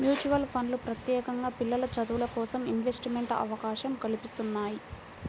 mutual ఫండ్లు ప్రత్యేకంగా పిల్లల చదువులకోసం ఇన్వెస్ట్మెంట్ అవకాశం కల్పిత్తున్నయ్యి